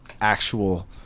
actual